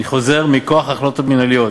אני חוזר: מכוח החלטות מינהליות,